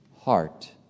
heart